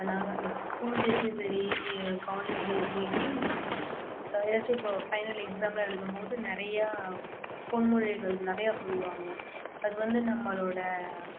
நாங்கள் ஸ்கூல் டேஸ்லையும் சரி எங்கள் காலேஜ் டேஸ்லையுமே எதாச்சும் இப்போ ஃபைனல் எக்ஸாம் எல்லாம் எழுதும் போது நிறையா பொன்மொழிகள் நிறையா சொல்லுவாங்க அது வந்து நம்மளோட